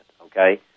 okay